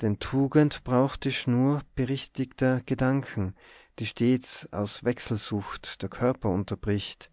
denn tugend braucht die schnur berichtigter gedanken die stets aus wechselsucht der körper unterbricht